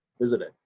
visiting